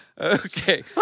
Okay